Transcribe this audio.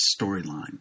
Storyline